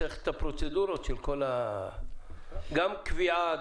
צריך את הפרוצדורות גם של קביעה,